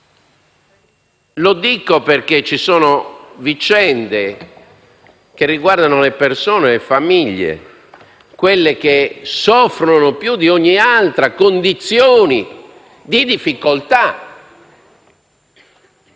a noi. Ci sono vicende che riguardano le persone, le famiglie, quelle che soffrono più di altre condizioni di difficoltà,